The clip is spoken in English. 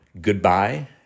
Goodbye